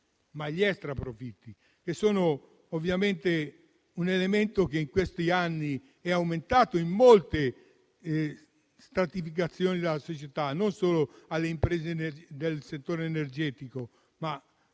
ma gli extraprofitti, che sono ovviamente un elemento che in questi anni è aumentato in molte stratificazioni della società, non solo nelle imprese del settore energetico, ma anche